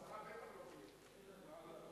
הסרה בטח לא תהיה פה.